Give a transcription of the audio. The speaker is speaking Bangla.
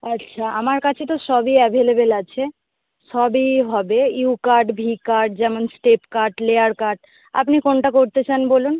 আচ্ছা আমার কাছে তো সবই অ্যাভেলেভেল আছে সবই হবে ইউ কাট ভি কাট যেমন স্টেপ কাট লেয়ার কাট আপনি কোনটা করতে চান বলুন